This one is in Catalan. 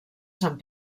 sant